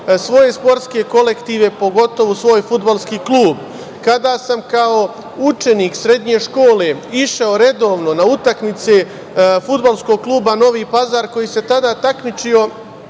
svoje sportske kolektive, pogotovo svoj fudbalski klub. Kada sam kao učenik srednje škole išao redovno na utakmice FK Novi Pazar, koji se tada takmičio